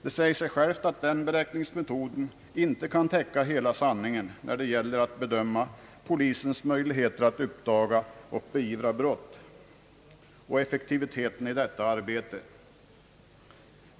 Det säger sig självt att denna beräkningsmetod inte kan täcka hela sanningen när det gäller att bedöma polisens möjligheter att uppdaga och beivra brott och effektiviteten i detta arbete.